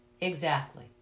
Exactly